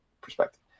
perspective